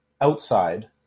outside